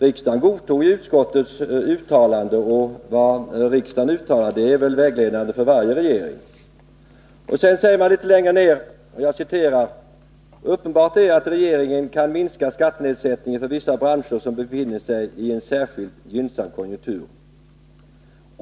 Riksdagen godtog ju utskottets uttalande, och vad riksdagen uttalar är väl vägledande för varje regering. Litet längre ned säger man: ”Uppenbart är att regeringen kan minska skattenedsättningen för vissa branscher som befinner sig i en särskilt gynnsam konjunktur.